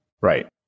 Right